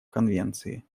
конвенции